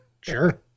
Sure